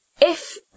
If